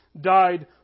died